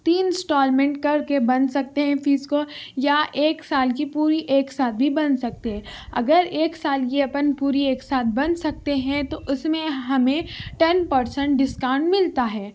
تین انسٹالمنٹ کر کے بن سکتے ہیں فیس کو یا ایک سال کی پوری ایک ساتھ بھی بن سکتے ہیں اگر ایک سال کی اپن پوری ایک ساتھ بن سکتے ہیں تو اس میں ہمیں ٹین پر سینٹ ڈسکاؤنٹ ملتا ہے